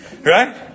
right